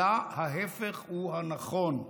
אלא ההפך הוא הנכון,